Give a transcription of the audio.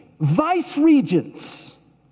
vice-regents